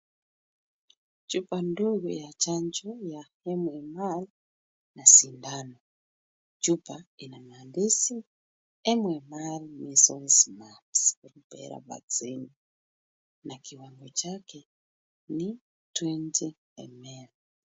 Chupa ndogo ya chanjo ya MMR na sindano. Chupa ina maandishi MMR Measles, Mumps, Rubella Vaccine na kiwango chake ni 20ml .